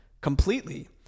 completely